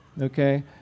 okay